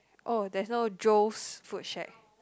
oh there's no Joe's food shack